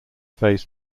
phase